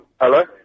Hello